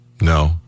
No